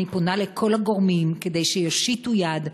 אני פונה לכל הגורמים, שיושיטו יד,